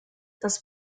das